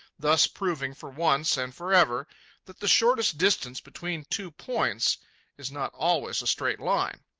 thus proving for once and for ever that the shortest distance between two points is not always a straight line.